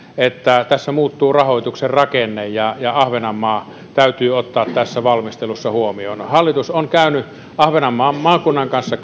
että tässä muuttuu rahoituksen rakenne ja ja ahvenanmaa täytyy ottaa tässä valmistelussa huomioon hallitus on käynyt ahvenanmaan maakunnan kanssa